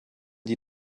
die